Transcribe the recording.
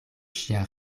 ŝia